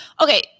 okay